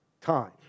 time